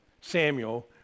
Samuel